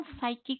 psychic